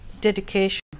dedication